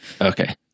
Okay